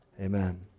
amen